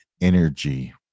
energy